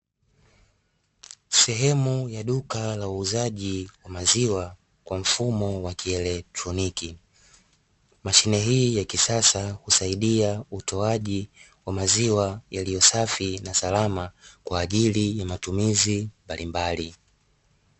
Sehemu ya duka la uuzaji wa maziwa kwa mfumo wa kielektroniki, mashine hii ya kisasa husaidia utoaji wa maziwa yaliyosafi na salama kwa ajili ya matumizi mbalimbali.